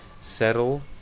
settle